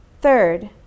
Third